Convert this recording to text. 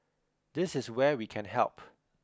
this is where we can help